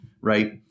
right